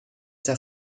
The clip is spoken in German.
der